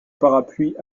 parapluie